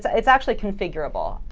so it's actually configurable.